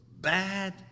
bad